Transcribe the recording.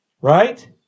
Right